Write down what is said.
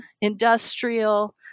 industrial